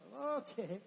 Okay